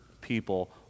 people